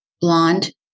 blonde